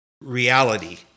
reality